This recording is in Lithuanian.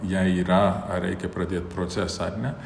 jei yra ar reikia pradėt procesą ar ne